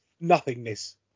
nothingness